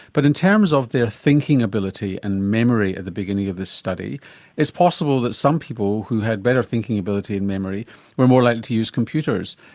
but in terms of their thinking ability and memory at the beginning of this study it's possible that some people who had better thinking ability and memory were more likely to use computers.